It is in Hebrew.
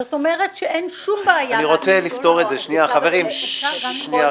זאת אומרת שאין שום בעיה --- חברים, שנייה,